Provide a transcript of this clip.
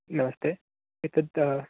नमस्ते एतद्